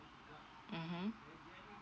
mmhmm